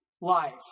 life